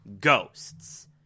Ghosts